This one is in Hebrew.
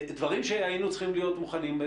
דברים שהיינו צריכים להיות מוכנים,